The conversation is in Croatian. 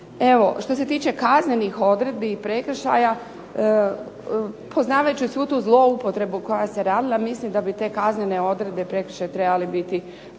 što se tiče kaznenih odredbi i prekršaja, poznavajući svu tu zloupotrebu koja se radila jer mislim da bi te kaznene odredbe i prekršaji trebali biti